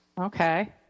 Okay